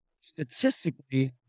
statistically